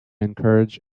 encourage